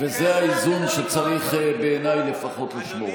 וזה האיזון שצריך, בעיניי לפחות, לשמור עליו.